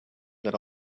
that